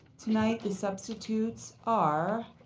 tonight the substitutes are